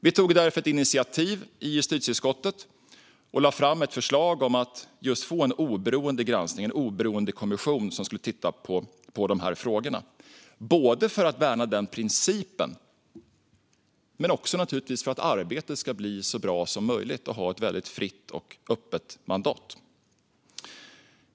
Vi tog därför ett initiativ i justitieutskottet och lade fram ett förslag om att en oberoende kommission ska titta på de här frågorna, både för att värna den här principen och för att arbetet ska bli så bra som möjligt och ha ett fritt och öppet mandat.